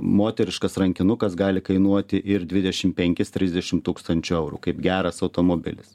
moteriškas rankinukas gali kainuoti ir dvidešim penkis trisdešim tūkstančių eurų kaip geras automobilis